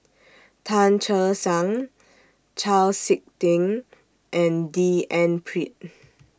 Tan Che Sang Chau Sik Ting and D N Pritt